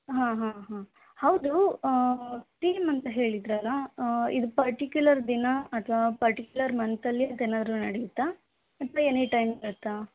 ಹಾಂ ಹಾಂ ಹಾಂ ಹೌದು ತೀಮ್ ಅಂತ ಹೇಳಿದ್ರಲ್ಲ ಇದು ಪರ್ಟಿಕ್ಯುಲರ್ ದಿನ ಅಥ್ವಾ ಪರ್ಟಿಕ್ಯುಲರ್ ಮಂತಲ್ಲಿ ಅಂತೇನಾದ್ರೂ ನಡೆಯುತ್ತಾ ಅಥ್ವಾ ಎನಿ ಟೈಮ್ ಇರುತ್ತಾ